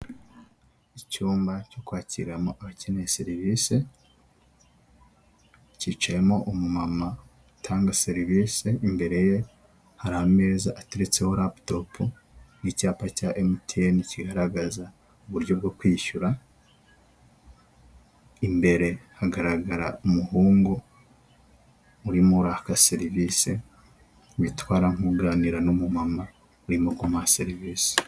Icyumba cyo kwakiramo abakeneye serivisi kiciyemo umumama utanga serivisi, imbere ye hari ameza ateretseho raputopu n'icyapa cya MTN kigaragaza uburyo bwo kwishyura, imbere hagaragara umuhungu urimo uraka serivisi witwara nk'uganira n'umumama urimo kumuha serivisi.